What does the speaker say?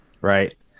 right